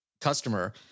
customer